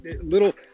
little –